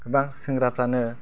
गोबां सेंग्राफ्रानो